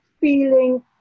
feeling